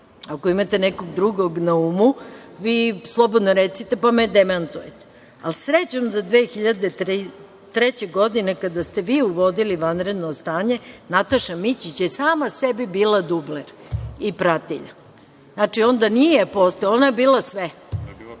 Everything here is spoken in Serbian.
Ako imate nekog drugog na umu, vi slobodno recite pa me demantujte. Srećom, 2003. godine, kada ste vi uvodili vanredno stanje, Nataša Mićić je sama sebi bila dubler i pratilja. Znači, onda nije postojalo. Ona je bila sve.